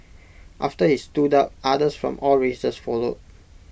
after he stood up others from all races followed